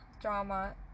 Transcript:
drama